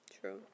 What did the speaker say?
True